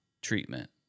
treatment